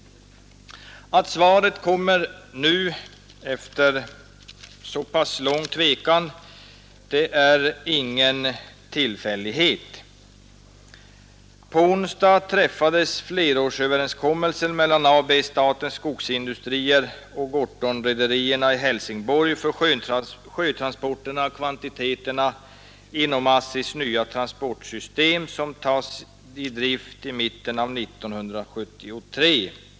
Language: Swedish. Att svaret kommer nu efter så pass lång tvekan är ingen tillfällighet. I onsdags träffades flerårsöverenskommelse mellan AB Statens skogsindustrier och Gorthonrederierna i Helsingborg för sjötransporterna av kvantiteterna i ASSI:s nya transportsystem som tas i drift i mitten av 1973.